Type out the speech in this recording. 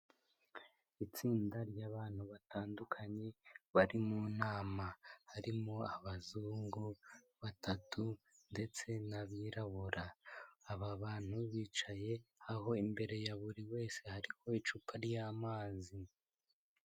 Itsinda ry'abantu batandukanye bari mu nama harimo abazungu batatu ndetse n'abirabura aba bantu bicaye aho imbere ya buri wese hariho icupa ry'amazi.